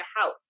house